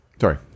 Sorry